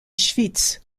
schwytz